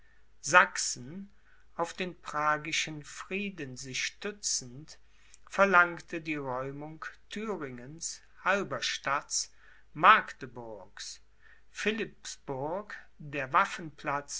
sachsen auf den pragischen frieden sich stützend verlangte die räumung thüringens halberstadts magdeburgs philippsburg der waffenplatz